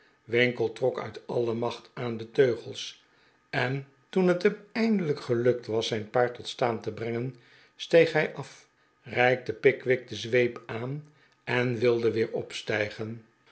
winkle trok uit alle macht aan de teugels en toen het hem eindelijk gelukt was zijn paard tot staan te brengen steeg hij af reikte pickwick de zweep aan en wilde weer opstijgen